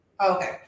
Okay